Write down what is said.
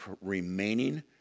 remaining